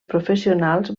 professionals